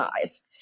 eyes